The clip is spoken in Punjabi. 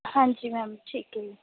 ਹਾਂਜੀ ਮੈਮ ਠੀਕ ਹੈ ਜੀ